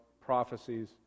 prophecies